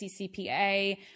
CCPA